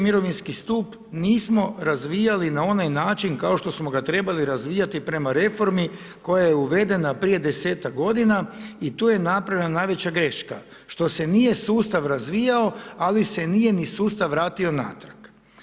Mirovinski stup nismo razvijali na onaj način kao što smo ga trebali razvijati prema reformi koja je uvedena prije 10-tak godina i tu je napravljena najveća greška što se nije sustav razvijao, ali se nije ni sustav vratio natrag.